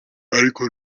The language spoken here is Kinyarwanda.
ariko